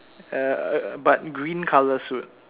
err but green color suit